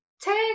take